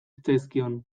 zitzaizkion